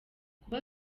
kuba